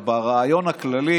ברעיון הכללי